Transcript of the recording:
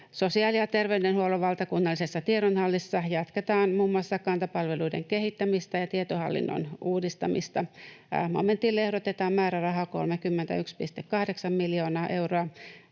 Sosiaali- ja terveydenhuollon valtakunnallisessa tiedonhallinnassa jatketaan muun muassa Kanta-palveluiden kehittämistä ja tietohallinnon uudistamista. Momentille ehdotetaan määrärahaa 31,8 miljoonaa euroa.